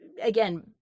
again